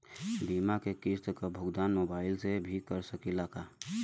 बीमा के किस्त क भुगतान मोबाइल से भी कर सकी ला?